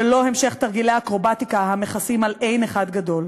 ושהם לא המשך תרגילי אקרובטיקה המכסים על אין אחד גדול.